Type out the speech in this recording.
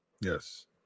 Yes